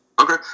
Okay